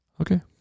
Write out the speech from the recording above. Okay